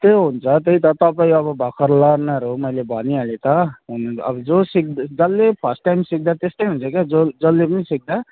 त्यो हुन्छ त्यही त तपाईँ अब भर्खर लर्नर हो मैले भनिहालेँ त अब जो सिक् जसले फर्स्ट टाइम सिक्दा त्यस्तै हुन्छ क्या जो जसले पनि सिक्छ